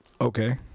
Okay